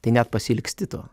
tai net pasiilgsti to